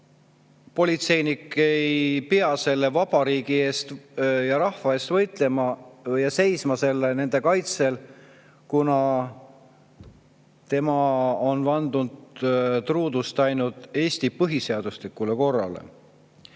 politseinik ei pea selle vabariigi ja rahva eest võitlema ega seisma nende kaitsel, kuna tema on vandunud truudust ainult Eesti põhiseaduslikule korrale.